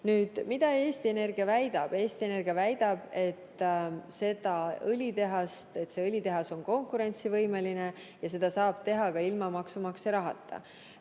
teha. Mida Eesti Energia väidab? Eesti Energia väidab, et see õlitehas on konkurentsivõimeline ja seda saab teha ka ilma maksumaksja rahata.